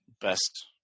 best